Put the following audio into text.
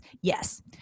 Yes